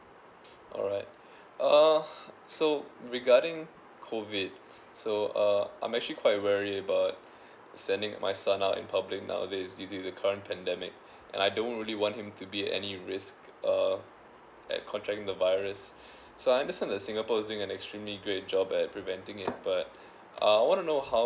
alright uh so regarding COVID so uh I'm actually quite worry about sending my son out in public nowadays due to the current pandemic and I don't really want him to be at any risk uh at contracting the virus so I understand that singapore is doing an extremely great job at preventing it but uh I want to know how